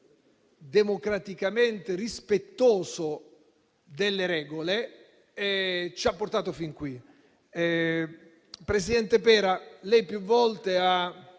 democraticamente rispettoso delle regole, ci ha portati fin qui. Presidente Pera, lei più volte ha